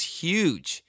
huge